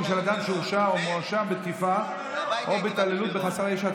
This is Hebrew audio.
של אדם שהורשע או שמואשם בתקיפה או בהתעללות בחסר ישע,